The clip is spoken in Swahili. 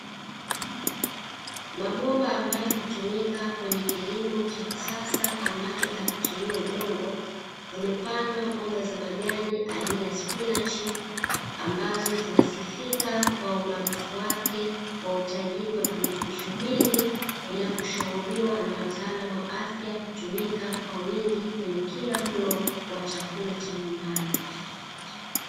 Mabomba ambayo hutumika kwenye kilimo cha kisasa ambacho hakitumiii udongo, zimepandwa mboga za majani aina ya spinachi ambazo zinasifika kwa umaarufu wake kwa utajiri wa virutubisho vingi vinavyoshauriwa na watalaamu wa afya kutumika kwa wingi kwenye kila mlo wa chakula cha nyumbani.